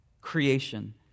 creation